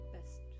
best